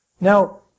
Now